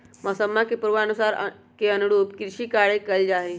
मौसम्मा के पूर्वानुमान के अनुरूप कृषि कार्य कइल जाहई